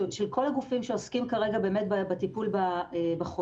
של כל הגופים שעוסקים כרגע באמת בטיפול בחולים,